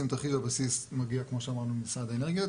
תרחיש הבסיס מגיע כמו שאמרנו ממשרד האנרגיה,